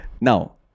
Now